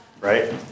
right